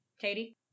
Katie